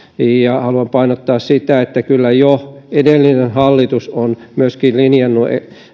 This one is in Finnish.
ja haluan painottaa sitä että kyllä jo edellinen hallitus on myöskin linjannut